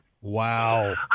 Wow